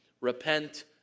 Repent